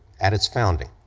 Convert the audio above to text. at its founding,